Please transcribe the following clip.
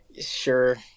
sure